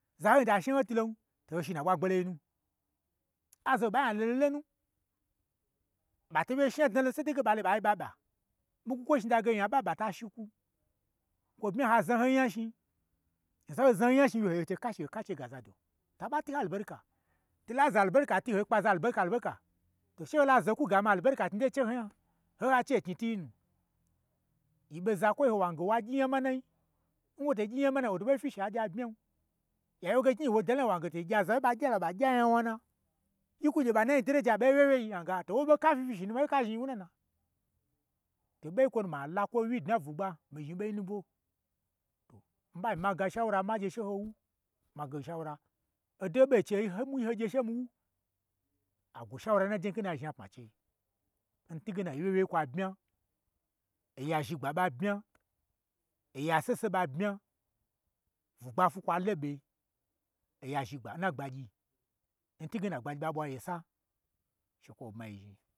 Zaye ta shna ho twu lon, to ho shi nna ɓwa gboloi nu, aza hon ɓa nyai lolo lonu, ɓato n wyei shna chalon, sai de ɓa lo ɓai ɓa ɓa, mii kwo shni dage nya ɓa ɓa ta shi kwun, kwo bmya ha zna ho nyi nya shnin, nza n ho zna ho nyi nya shni, ha gye ho che kashi ho ka che ge zado, to aɓa twu ho anaberika, to la za li berka ho kpaza alberka, to che ho la zo kwu ga ma, alberka knyi dei che ho nya, n ha che n knyi twui nu, yi ɓon zakwoi ho, wange ma gyi nya manai, nwo to gyi nya manain, woto ɓo fyi shi a gye a bmyan, ya nyawoge knyi-i zhni wo dalo nu, wange to gye aza n ɓa gnya laɓa ɓa gyanya wnana, yi kwu gye ɓa nai n denaya, n wye wyei, yan ge to awo, n ho ɓo ka fyifyi shi nu ma, n ho ka zhni zhni n wu nana, to ɓei kwo nu ma la kwo nwyei dna n bwugba, mi-i zhni ɓei nu bwo, to mii ɓa myi ma ga shaura n ma gye she howu, ma ga ho shaura, odo n ho ɓo n chei hoi ɓwugyi, she hogye mii she mi wu, a gwo shaura n naje nge nna zhnapma n chei, n twuge na oyi wyewyei kwa abmya, oya zhigba ɓabmya oya sese ɓa bmya, bwugba fwu kwa loɓe, oya zhi gba n na gbagyi, n twuge na agbagyi ɓa ɓwa yesa.